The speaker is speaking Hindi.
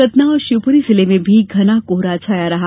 सतना और शिवपुरी जिले में भी घने कोहरा छाया रहा